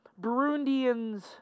Burundians